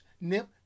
Nip